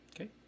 Okay